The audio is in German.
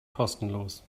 kostenlos